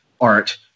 art